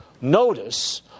notice